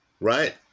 right